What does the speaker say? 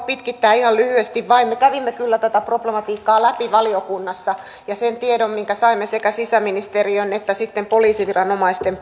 pitkittää ihan lyhyesti vain me kävimme kyllä tätä problematiikkaa läpi valiokunnassa ja sen tiedon perusteella minkä saimme sekä sisäministeriön että poliisiviranomaisten